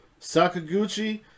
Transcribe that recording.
Sakaguchi